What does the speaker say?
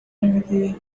نمیدی